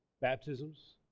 baptisms